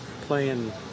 playing